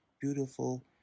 beautiful